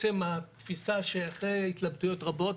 אחרי התלבטויות רבות,